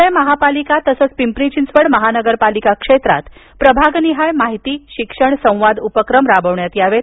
पूणे महापालिका तसंच पिंपरी चिंचवड महानगरपालिका क्षेत्रात प्रभागनिहाय माहिती शिक्षण संवाद उपक्रम राबविण्यात यावेत